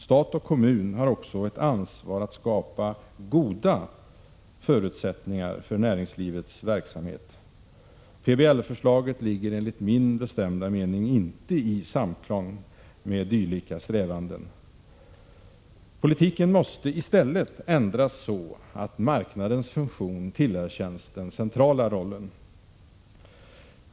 Stat och kommun har också ett ansvar att skapa goda förutsättningar för näringslivets verksamhet. PBL förslaget står enligt min bestämda mening inte i samklang med dylika strävanden. Politiken måste i stället ändras så att marknadens funktion tillerkänns den centrala rollen.